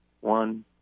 One